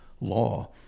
law